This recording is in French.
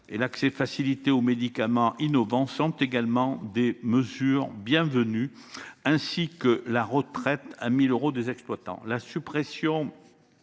que l'accès facilité aux médicaments innovants sont également des mesures bienvenues. La retraite à mille euros pour les exploitants, la suppression